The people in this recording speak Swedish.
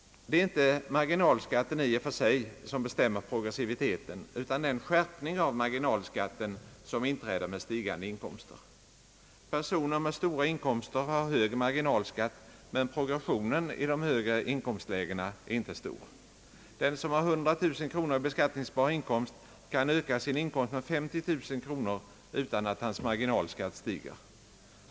Det är inte marginalskatten i och för sig som bestämmer progressiviteten, utan den skärpning av marginalskatten som inträder med stigande inkomster. Personer med stora inkomster har hög marginalskatt, men progressionen i de högre inkomstlägena är inte stor. Den som har 100 000 kronor i beskattningshar inkomst kan öka sin inkomst med 50 000 kronor utan att hans marginalskatt stiger.